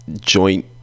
joint